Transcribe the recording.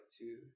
two